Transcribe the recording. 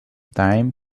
time